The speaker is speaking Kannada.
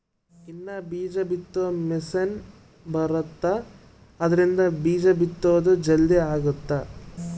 ಇನ್ನ ಬೀಜ ಬಿತ್ತೊ ಮಿಸೆನ್ ಬರುತ್ತ ಆದ್ರಿಂದ ಬೀಜ ಬಿತ್ತೊದು ಜಲ್ದೀ ಅಗುತ್ತ